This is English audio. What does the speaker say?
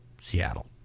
Seattle